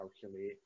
calculate